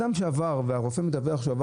כאשר רופא מדווח שאדם